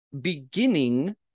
beginning